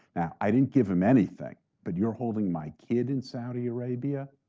i didn't give them anything. but you're holding my kid in saudi arabia,